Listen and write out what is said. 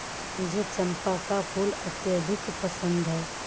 मुझे चंपा का फूल अत्यधिक पसंद है